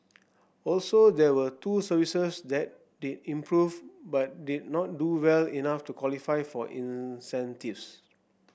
also there were two services that did improve but did not do well enough to qualify for incentives